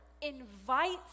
invites